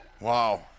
Wow